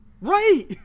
Right